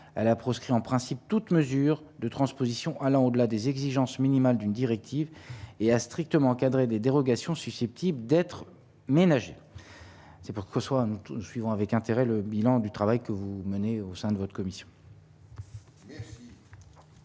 elle a proscrit en principe toute mesure de transposition allant au-delà des exigences minimales d'une directive et a strictement encadré des dérogations susceptibles d'être ménagés. C'est pourquoi, soit nous tous nous suivons avec intérêt le bilan du travail que vous menez au sein de votre commission.